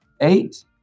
Eight